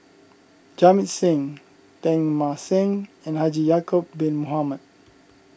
Jamit Singh Teng Mah Seng and Haji Ya'Acob Bin Mohamed